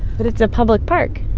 but it's a public park